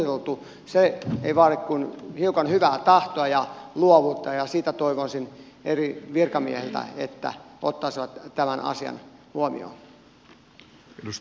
se ei vaadi kuin hiukan hyvää tahtoa ja luovuutta ja toivoisin eri virkamiehiltä sitä että ottaisivat tämän asian huomioon